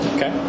Okay